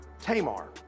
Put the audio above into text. Tamar